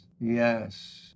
yes